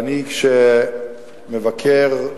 וכשאני מבקר,